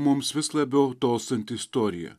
mums vis labiau tolstanti istorija